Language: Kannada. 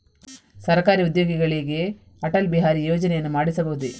ಸರಕಾರಿ ಉದ್ಯೋಗಿಗಳಿಗೆ ಅಟಲ್ ಬಿಹಾರಿ ಯೋಜನೆಯನ್ನು ಮಾಡಿಸಬಹುದೇ?